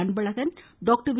Anbazhagan doctor we